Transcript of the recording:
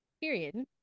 Period